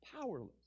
powerless